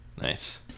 Nice